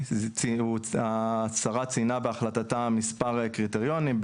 השרה ציינה בהחלטתה מספר קריטריונים,